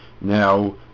Now